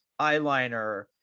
eyeliner